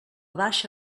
baixa